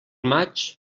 maig